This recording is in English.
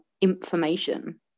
information